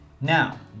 Now